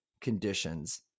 conditions